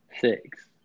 Six